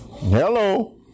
Hello